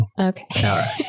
Okay